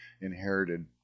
inherited